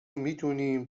میدونیم